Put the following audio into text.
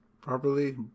properly